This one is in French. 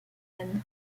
anne